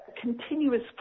continuous